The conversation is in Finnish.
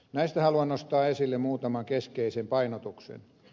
näistä haluan nostaa esille muutaman keskeisen painotuksen